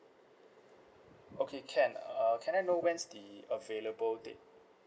okay sure uh can I know when's the available date